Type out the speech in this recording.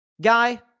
Guy